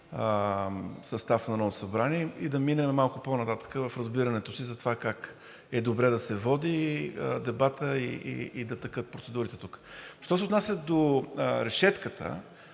състав на Народното събрание и да минем малко по-нататък в разбирането си за това как е добре да се води дебатът и да текат процедурите тук. Що се отнася до решетката.